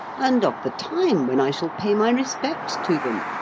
and of the time when i shall pay my respects to them,